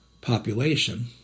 population